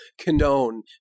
condone